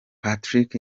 patrick